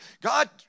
God